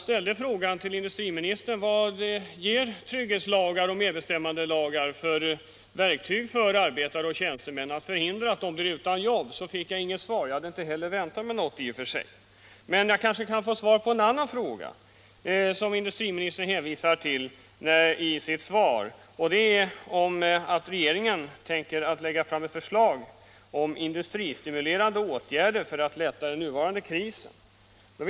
På min fråga till industriministern om vad trygghetslagar och medbestämmandelagar ger för verktyg åt arbetare och tjänstemän att förhindra att de blir utan jobb fick jag inget svar. Jag hade inte heller väntat mig något i och för sig. Men jag kanske kan få svar på en annan fråga, som gäller något som industriministern hänvisar till i sitt svar, nämligen att regeringen tänker lägga fram ett förslag om industristimulerande åtgärder för att lätta den nuvarande krisen.